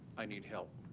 i need help.